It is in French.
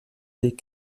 des